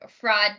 fraud